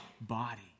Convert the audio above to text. body